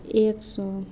एक सौ